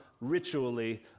ritually